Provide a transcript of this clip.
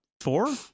four